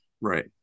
right